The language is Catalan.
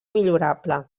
millorable